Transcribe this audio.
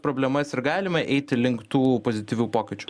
problemas ir galima eiti link tų pozityvių pokyčių